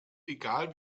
egal